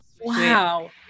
Wow